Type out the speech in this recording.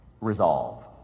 resolve